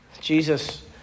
Jesus